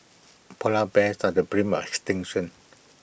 Polar Bears are the brink by extinction